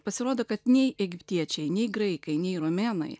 pasirodo kad nei egiptiečiai nei graikai nei romėnai